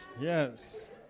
Yes